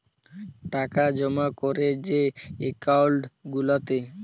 টাকা জমা ক্যরে যে একাউল্ট গুলাতে